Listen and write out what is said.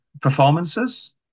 performances